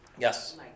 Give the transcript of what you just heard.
Yes